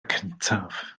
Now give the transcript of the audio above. cyntaf